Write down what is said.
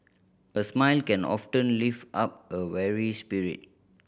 a smile can often lift up a weary spirit